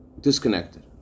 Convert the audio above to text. disconnected